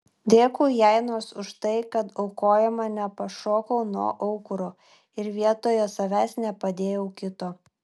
dėkui jai nors už tai kad aukojama nepašokau nuo aukuro ir vietoje savęs nepadėjau kito